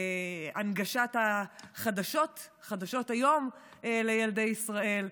הנגשת חדשות היום לילדי ישראל.